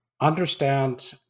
understand